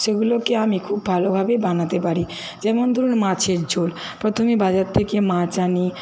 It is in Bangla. সেগুলোকে আমি খুব ভালোভাবে বানাতে পারি যেমন ধরুন মাছের ঝোল প্রথমে বাজার থেকে মাছ আনি